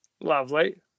Lovely